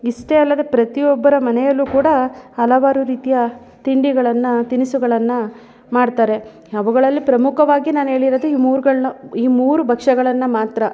ಇಷ್ಟೇ ಅಲ್ಲದೆ ಪ್ರತಿಯೊಬ್ಬರ ಮನೆಯಲ್ಲೂ ಕೂಡ ಹಲವಾರು ರೀತಿಯ ತಿಂಡಿಗಳನ್ನು ತಿನಿಸುಗಳನ್ನು ಮಾಡ್ತಾರೆ ಅವುಗಳಲ್ಲಿ ಪ್ರಮುಖವಾಗಿ ನಾನು ಹೇಳಿರೋದು ಈ ಮೂರುಗಳ್ನು ಈ ಮೂರು ಭಕ್ಷಗಳನ್ನ ಮಾತ್ರ